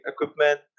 equipment